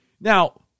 Now